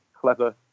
clever